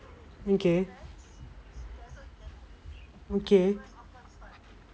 okay okay